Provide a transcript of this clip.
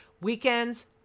Weekends